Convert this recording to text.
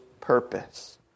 purpose